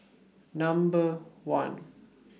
Number one